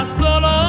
solo